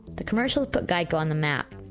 the commercial put geico on the map